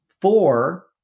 Four